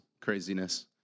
craziness